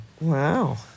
Wow